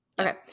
Okay